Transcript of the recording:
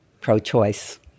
pro-choice